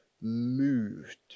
moved